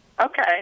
Okay